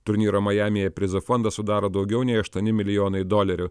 turnyro majamyje prizų fondą sudaro daugiau nei aštuoni milijonai dolerių